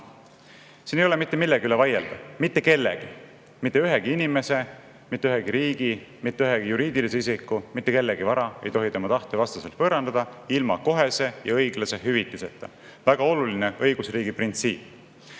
Siin ei ole mitte millegi üle vaielda. Mitte kellegi – mitte ühegi inimese, mitte ühegi riigi, mitte ühegi juriidilise isiku ehk mitte kellegi – vara ei tohi tema tahte vastaselt võõrandada ilma kohese ja õiglase hüvitiseta. Väga oluline õigusriigi printsiip.